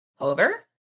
Over